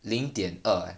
零点二 eh